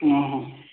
ହଁ ହଁ